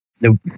Nope